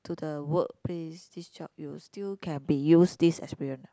to the workplace this job you'll still can be use this experience ah